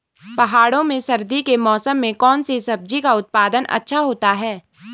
पहाड़ों में सर्दी के मौसम में कौन सी सब्जी का उत्पादन अच्छा होता है?